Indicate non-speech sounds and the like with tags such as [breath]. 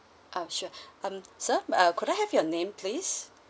oh sure [breath] um sir uh could I have your name please